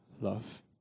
love